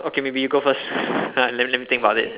okay maybe you go first ah let me let me think